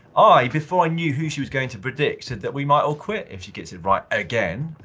i, before i knew who she was going to predict, said that we might all quit if she gets it right again.